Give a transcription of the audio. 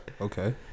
Okay